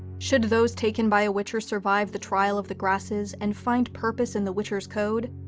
should those taken by a witcher survive the trial of the grasses and find purpose in the witcher's code,